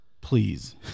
Please